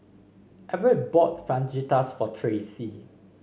Everett bought Fajitas for Tracee